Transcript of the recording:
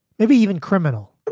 maybe even criminal